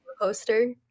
poster